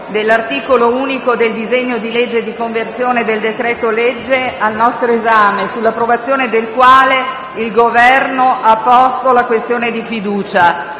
dell'articolo unico del disegno di legge di conversione in legge del decreto-legge 4 ottobre 2018, n. 113, sull'approvazione del quale il Governo ha posto la questione di fiducia: